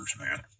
man